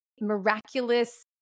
miraculous